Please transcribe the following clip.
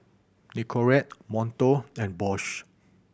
Nicorette Monto and Bose